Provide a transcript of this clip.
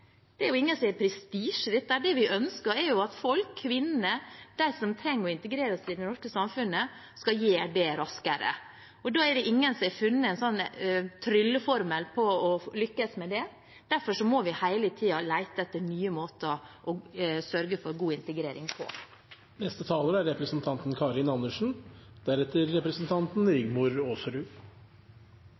gjør vi jo det. Det er ingen som har prestisje i dette. Det vi ønsker, er at folk, kvinner og de som trenger å integreres i det norske samfunnet, skal gjøre det raskere. Ingen har funnet noen trylleformel for å lykkes med det, og derfor må vi hele tiden lete etter nye måter å sørge for god integrering på. Introduksjonsutfordringene er